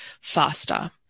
faster